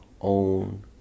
own